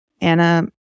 Anna